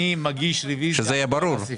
אני מגיש רוויזיה על כל הסעיפים.